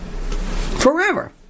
forever